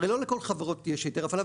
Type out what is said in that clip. הרי לא לכל החברות יש היתר הפעלה,